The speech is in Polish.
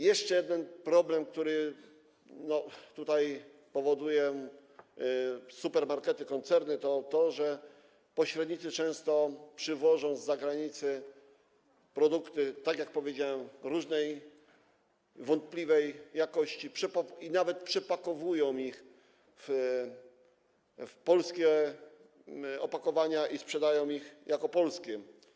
Jeszcze jeden problem, który powodują supermarkety, koncerny, jest taki, że pośrednicy często przywożą zza granicy produkty, tak jak powiedziałem, różnej, wątpliwej jakości, a nawet przepakowują je w polskie opakowania i sprzedają jako polskie.